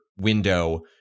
window